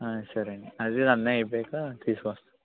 సరే అండి అది ఇది అన్నీ అయిపోయాక తీసుకొస్తాను